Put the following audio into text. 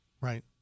Right